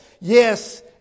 yes